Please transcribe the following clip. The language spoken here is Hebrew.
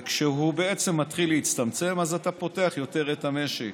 וכשהוא בעצם מתחיל להצטמצם אתה פותח יותר את המשק.